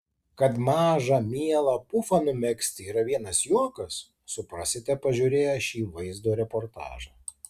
kad mažą mielą pufą numegzti yra vienas juokas suprasite pažiūrėję šį vaizdo reportažą